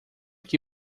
que